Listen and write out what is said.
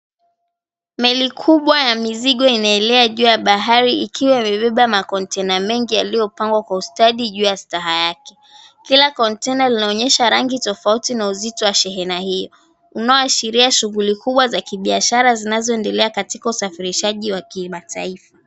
Meli kubwa ya mizigo inaelea juu ya bahari ikiwa nimebeba makontena mengi yaliyopangwa kwa ustadi juu ya staha yake kila kontena linaonyesha rangi tofauti na uzito wa shehena hiyo unaoashiria shughuli kubwa za kibiashara zinazoendelea katika usafirishaji wa kimataifa.